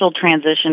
transition